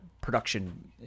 production